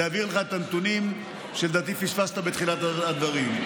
להעביר לך את הנתונים שלדעתי פספסת בתחילת הדברים.